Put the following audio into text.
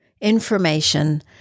information